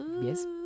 yes